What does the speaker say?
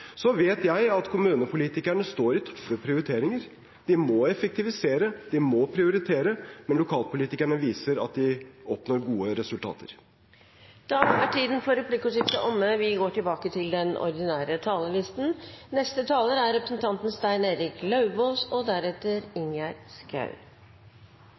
Så vet jeg at kommunepolitikerne står i tøffe prioriteringer. De må effektivisere, de må prioritere, men lokalpolitikerne viser at de oppnår gode resultater. Replikkordskiftet er omme. Når vi ser fram mot budsjettåret 2016, er det mange utfordringer å løse på kommunal- og forvaltningskomiteens områder. Derfor er det skuffende å se en regjering og